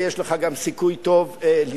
ויש לך גם סיכוי טוב לזכות.